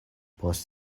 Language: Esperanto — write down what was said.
post